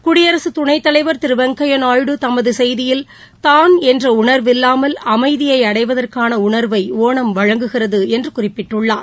குடியரசு துணைத்தலைவர் திரு வெங்கையா நாயுடு தமது செய்தியில் தான் என்ற உணர்வில்லாமல் அமைதியை அடைவதற்கான உணர்வை ஒணம் வழங்குகிறது என்று குறிப்பிட்டுள்ளார்